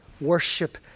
worship